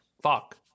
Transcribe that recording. fuck